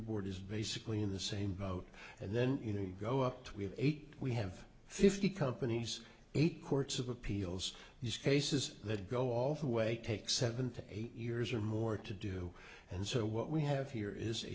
board is basically in the same boat and then you know you go up that we have eight we have fifty companies eight courts of appeals these cases that go all the way take seven to eight years or more to do and so what we have here is a